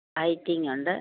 ഹൈറ്റിങ്ങുണ്ട്